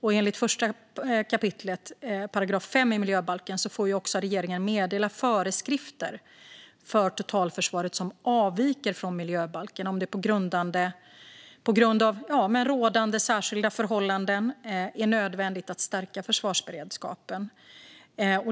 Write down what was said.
Enligt 1 kap. 5 § miljöbalken får regeringen meddela föreskrifter för Totalförsvaret som avviker från miljöbalken om det på grund av rådande särskilda förhållanden är nödvändigt att stärka försvarsberedskapen.